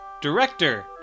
Director